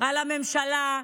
על הממשלה,